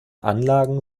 anlagen